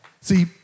See